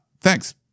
Thanks